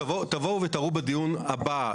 תבואו ותראו בדיון הבא,